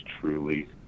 truly